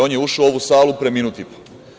On je ušao u ovu salu pre minut i po.